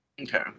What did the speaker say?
Okay